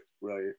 right